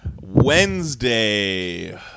Wednesday